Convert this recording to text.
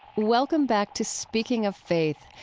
welcome back to speaking of faith,